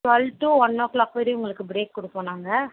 twelve to one o'clock வரையும் உங்களுக்கு break கொடுப்போம் நாங்கள்